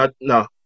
no